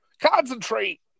Concentrate